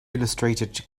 illustrated